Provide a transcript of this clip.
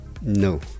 No